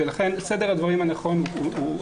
ולכן סדר הדברים הנכון הוא,